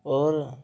اور